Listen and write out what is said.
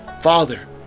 Father